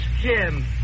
Jim